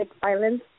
violence